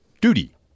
Duty